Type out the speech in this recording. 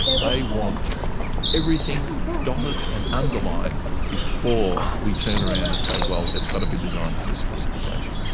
they want everything dotted and underlined before we turn around and say, well, it's got to be designed to this specification.